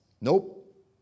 Nope